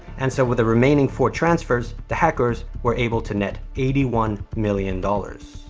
and so, with the remaining four transfers, the hackers were able to net eighty one million dollars.